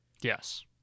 Yes